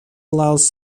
allows